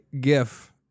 GIF